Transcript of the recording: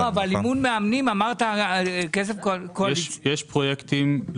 אמרת כסף קואליציוני עבור אימון מאמנים.